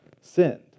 sinned